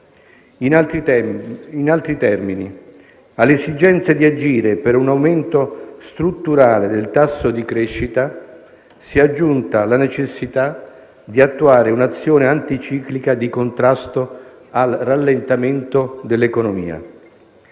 In altri termini, all'esigenza di agire per un aumento strutturale del tasso di crescita si è aggiunta la necessità di attuare un'azione anticiclica di contrasto al rallentamento dell'economia.